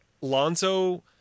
Lonzo